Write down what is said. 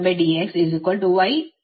ಆದ್ದರಿಂದ∆x ವು 0 ಗೆ ಒಲವು ತೋರುತ್ತದೆ